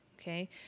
Okay